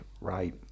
right